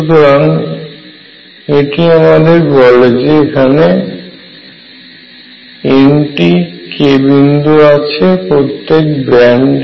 সুতরাং এটি আমামদের বলে যে এখানে N টি k বিন্দু আছে প্রত্যেক ব্যান্ড এ